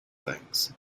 things